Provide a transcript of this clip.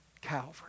Calvary